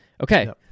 Okay